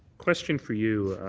question for you,